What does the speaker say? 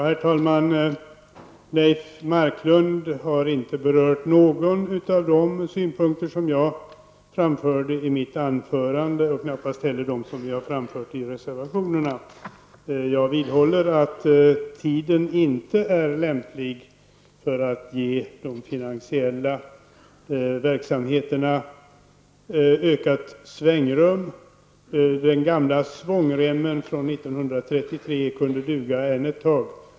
Herr talman! Leif Marklund berörde inte någon av de synpunkter som jag framförde i mitt anförande och knappast heller de synpunkter som vi har framfört i våra reservationer. Jag vidhåller att tiden inte är lämplig för att ge de finansiella verksamheterna ökat svängrum. Den gamla svångremmen från 1933 kunde duga än ett tag.